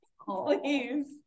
Please